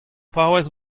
paouez